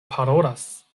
parolas